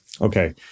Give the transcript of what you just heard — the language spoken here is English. Okay